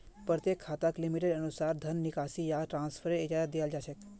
प्रत्येक खाताक लिमिटेर अनुसा र धन निकासी या ट्रान्स्फरेर इजाजत दीयाल जा छेक